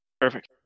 perfect